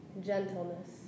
gentleness